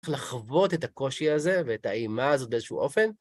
צריך לחוות את הקושי הזה ואת האימה הזאת באיזשהו אופן.